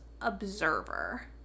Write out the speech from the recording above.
observer